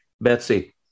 Betsy